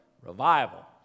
Revival